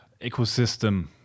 ecosystem